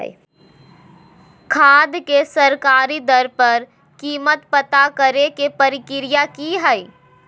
खाद के सरकारी दर पर कीमत पता करे के प्रक्रिया की हय?